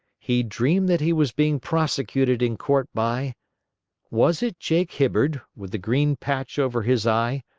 he dreamed that he was being prosecuted in court by was it jake hibbard, with the green patch over his eye,